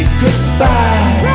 goodbye